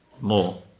more